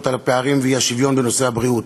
על הפערים והאי-שוויון בנושא הבריאות.